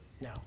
No